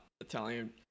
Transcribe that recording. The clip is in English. Italian